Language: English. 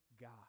God